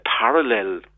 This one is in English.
parallel